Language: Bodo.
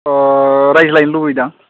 अ रायज्लायनो लुबैदों आं